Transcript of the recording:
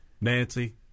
Nancy